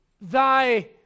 Thy